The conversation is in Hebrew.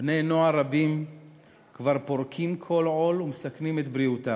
בני-נוער רבים כבר פורקים כל עול ומסכנים את בריאותם.